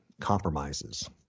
compromises